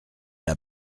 l’a